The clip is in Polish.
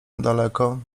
daleko